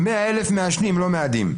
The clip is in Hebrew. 100,000 מעשנים לא מאדים.